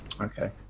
okay